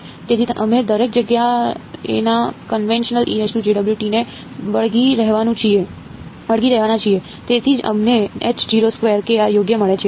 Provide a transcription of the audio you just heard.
તેથી અમે દરેક જગ્યાએના કન્વેન્શનલ ને વળગી રહેવાના છીએ તેથી જ અમને યોગ્ય મળે છે